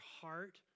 heart